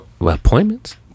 Appointments